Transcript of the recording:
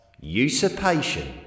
Usurpation